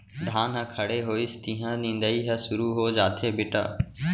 धान ह खड़े होइस तिहॉं निंदई ह सुरू हो जाथे बेटा